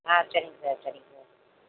சரிங்க சார் சரிங்க சார்